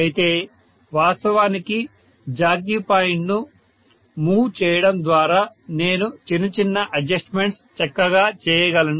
అయితే వాస్తవానికి jockey point ను మూవ్ చేయడం ద్వారా నేను చిన్నచిన్న అడ్జస్ట్మెంట్స్ చక్కగా చేయగలను